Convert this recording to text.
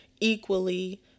equally